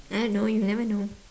I don't know you never know